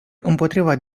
împotriva